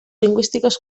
lingüístiques